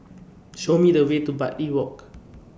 Show Me The Way to Bartley Walk